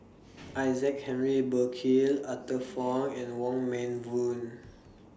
Isaac Henry Burkill Arthur Fong and Wong Meng Voon